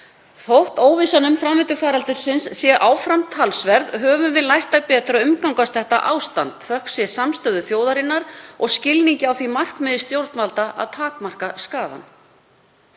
Þótt óvissan um framvindu faraldursins sé áfram talsverð höfum við lært betur að umgangast þetta ástand, þökk sé samstöðu þjóðarinnar og skilningi á því markmiði stjórnvalda að takmarka skaðann.